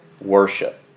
worship